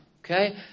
Okay